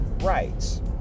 rights